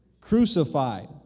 crucified